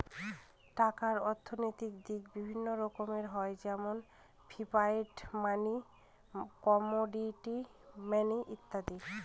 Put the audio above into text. টাকার অর্থনৈতিক দিক বিভিন্ন রকমের হয় যেমন ফিয়াট মানি, কমোডিটি মানি ইত্যাদি